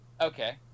Okay